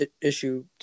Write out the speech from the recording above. issue